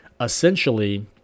Essentially